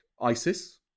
ISIS